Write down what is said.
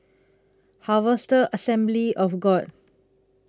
Harvester Assembly of God